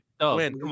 Win